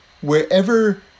wherever